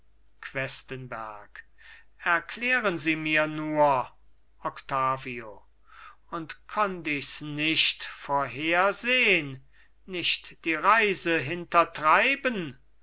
questenberg erklären sie mir nur octavio und konnt ichs nicht vorhersehn nicht die reise hintertreiben